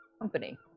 company